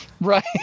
Right